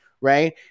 right